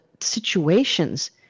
situations